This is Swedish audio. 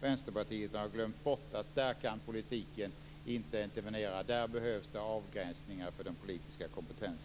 Vänsterpartiet tycks ha glömt bort att politiken där inte kan intervenera. Där behövs det avgränsningar för den politiska kompetensen.